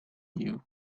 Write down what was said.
you